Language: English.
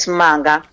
manga